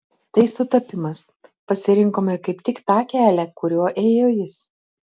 tai sutapimas pasirinkome kaip tik tą kelią kuriuo ėjo jis